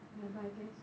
whatever I guess